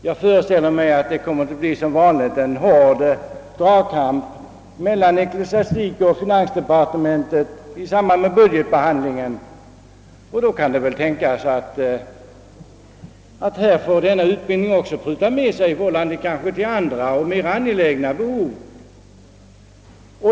Jag föreställer mig att det — som vanligt — kommer att bli en hård dragkamp mellan ecklesiastikoch finansdepartementet i samband med budgetbehandlingen, varvid det naturligtvis kan tänkas att anslagen till denna utbildning prutas ned av hänsyn till andra, ännu angelägnare behov.